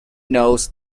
knows